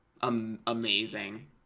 amazing